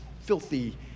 filthy